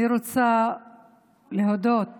אני רוצה להודות